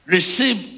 Receive